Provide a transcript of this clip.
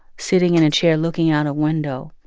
sitting in a chair, looking out a window